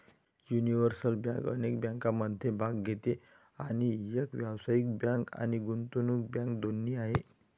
universal bank अनेक बँकिंगमध्ये भाग घेते आणि एक व्यावसायिक बँक आणि गुंतवणूक बँक दोन्ही आहे